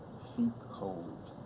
feet cold.